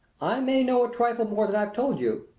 i may know a trifle more than i've told you,